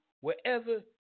wherever